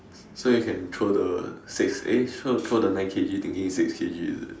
so you can throw the six eh throw the nine K_G thingy instead of the six K_G is it